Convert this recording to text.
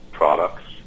products